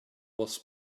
was